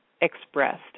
expressed